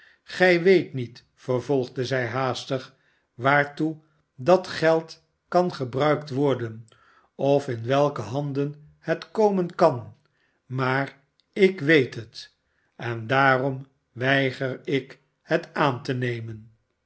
gij weet niet vervolgde zij haastig swaartoe dat geld kan gebruikt worden of in welke handen het komen kan maar ik weet het en daarom weiger ikhet aan tenement